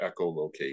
echolocation